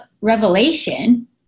revelation